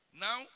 Now